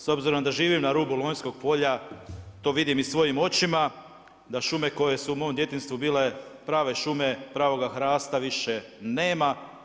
S obzirom da živim na rubu Lonjskog polja, to vidim i svojim očima da šume koje su u mom djetinjstvu bile prave šume, pravoga hrasta više nema.